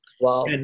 Wow